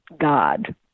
God